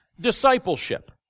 discipleship